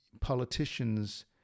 politicians